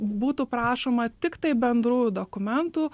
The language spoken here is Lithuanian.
būtų prašoma tiktai bendrųjų dokumentų